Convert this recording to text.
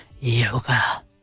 yoga